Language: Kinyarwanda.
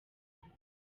mpunzi